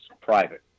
private